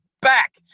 back